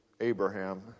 Abraham